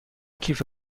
کیف